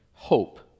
Hope